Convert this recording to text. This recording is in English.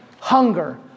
hunger